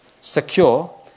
secure